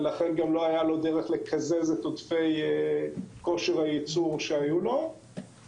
ולכן גם לא הייתה לו דרך לקזז את עודפי כושר הייצור שהיו לו וגם